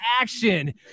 action